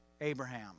Abraham